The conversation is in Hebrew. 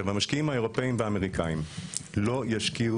המשקיעים האירופאים והאמריקאים לא ישקיעו